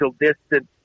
distance